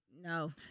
no